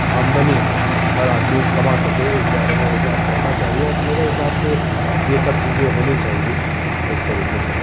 आमदनी हर आदमी कमा सकें इस बारे में विचार करना चाहिए और मेरे हिसाब से ये सब चीज़ें होनी चाहिए इस तरीके से